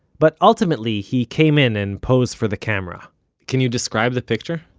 but ultimately he came in and posed for the camera can you describe the picture?